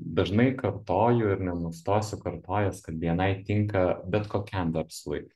dažnai kartoju ir nenustosiu kartojęs kad bni tinka bet kokiam verslui